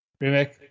Remake